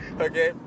okay